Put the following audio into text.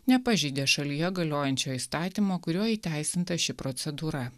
nepažeidė šalyje galiojančio įstatymo kuriuo įteisinta ši procedūra